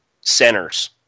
centers